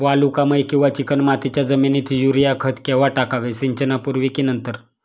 वालुकामय किंवा चिकणमातीच्या जमिनीत युरिया खत केव्हा टाकावे, सिंचनापूर्वी की नंतर?